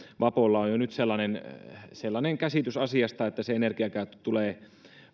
vapolla on jo nyt sellainen sellainen käsitys asiasta että se energiakäyttö tulee